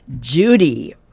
Judy